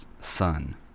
son